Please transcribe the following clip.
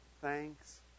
thanks